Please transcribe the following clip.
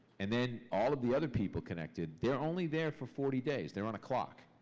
and then all of the other people connected, they're only there for forty days. they're on a clock.